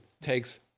takes